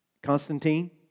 Constantine